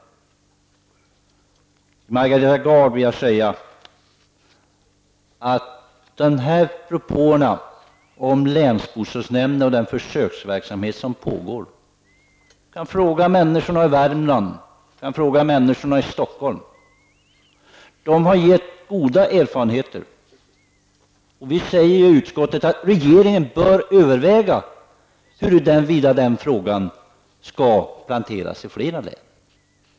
Till Margareta Gard vill jag säga att propårna om länsbostadsnämnden och den försöksverksamhet som pågår har gett goda erfarenheter -- vi kan fråga invånarna i Värmland, och vi kan fråga invånarna i Stockholm. Vi säger i utskottet att regeringen bör överväga huruvida frågan skall planteras i flera län.